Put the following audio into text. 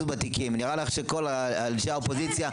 בתיקים נראה לך שכל אנשי האופוזיציה,